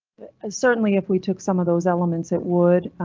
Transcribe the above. ah certainly if we took some of those elements it would.